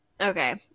Okay